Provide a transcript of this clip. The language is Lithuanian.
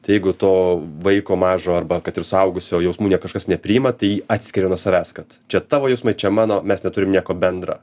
tai jeigu to vaiko mažo arba kad ir suaugusio jausmų ne kažkas nepriima tai atskiria nuo savęs kad čia tavo jausmai čia mano mes neturim nieko bendra